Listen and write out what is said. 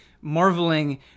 marveling